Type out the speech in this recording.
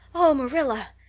oh, marilla!